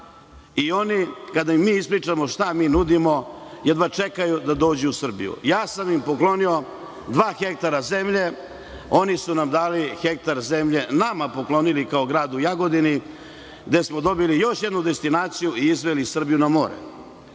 Oni, kada im mi ispričamo šta im nudimo, jedva čekaju da dođu u Srbiju. Ja sam im poklonio dva hektara zemlje. Oni su nam dali hektar zemlje, nama poklonili kao gradu Jagodini, gde smo dobili još jednu destinaciju i izveli Srbiju na more.